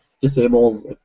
disables